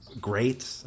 great